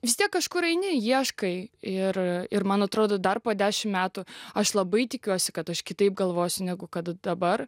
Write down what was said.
vis tiek kažkur eini ieškai ir ir man atrodo dar po dešimt metų aš labai tikiuosi kad aš kitaip galvosiu negu kad dabar